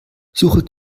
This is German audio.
suche